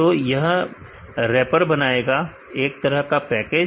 तो यह रेपर बनाएगा एक तरह का पैकेज